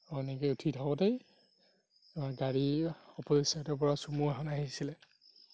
আৰু এনেকে উঠি থাকোঁতেই গাড়ী অপ'জিত চাইডৰ পৰা ছুম' এখন আহিছিলে